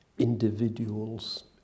individuals